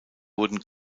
wurden